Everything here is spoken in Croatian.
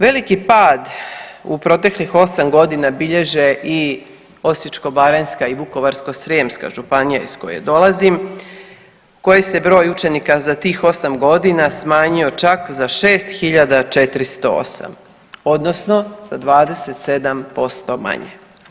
Veliki pad u proteklih osam godina bilježe i Osječko-baranjska i Vukovarsko-srijemska županija iz koje dolazim koji se broj učenika za tih osam godina smanjio čak za 6.408 odnosno za 27% manje.